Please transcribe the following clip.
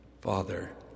Father